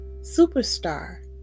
superstar